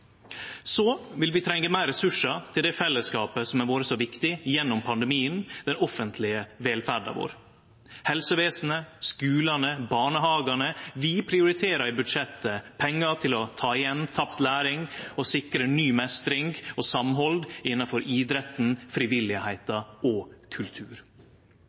Så vil vi trenge meir ressursar til den fellesskapen som har vore så viktig gjennom pandemien: den offentlege velferda vår – helsevesenet, skulane, barnehagane. Vi prioriterer i budsjettet pengar til å ta igjen tapt læring og til å sikre ny mestring og samhald innanfor idretten, det frivillige og kultur.